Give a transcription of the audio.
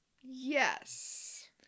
Yes